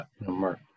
Mark